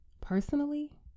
Personally